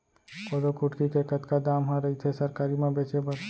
कोदो कुटकी के कतका दाम ह रइथे सरकारी म बेचे बर?